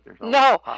No